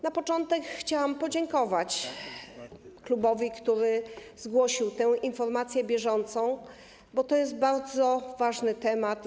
Na początek chciałam podziękować klubowi, który zgłosił tę informację bieżącą, bo to jest bardzo ważny temat.